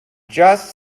just